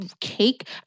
cake